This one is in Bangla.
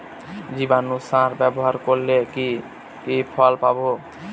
জীবাণু সার ব্যাবহার করলে কি কি ফল পাবো?